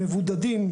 מבודדים,